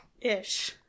Ish